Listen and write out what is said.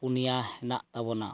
ᱯᱩᱱᱭᱟ ᱦᱮᱱᱟᱜ ᱛᱟᱵᱚᱱᱟ